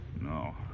No